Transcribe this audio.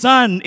Son